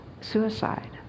suicide